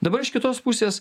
dabar iš kitos pusės